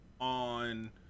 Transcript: on